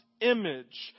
image